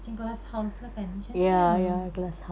macam glasshouse lah kan cantiknya